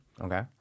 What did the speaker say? okay